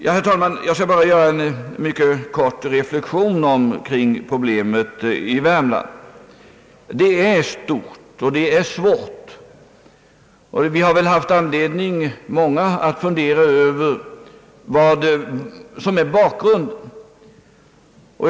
Jag skall, herr talman, bara göra en liten reflexion när det gäller problemet rörande dessa frågor i Värmland. Det är stort, och det är svårt att lösa. Vi har väl många av oss haft anledning att fundera över bakgrunden till att så är förhållandet.